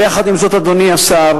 יחד עם זאת, אדוני השר,